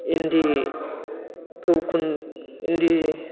इन्दिखौ खुन इन्दि